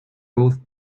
both